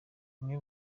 umwe